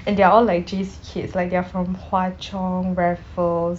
and they are all like J_C kids like they are from hwa chong raffles